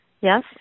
Yes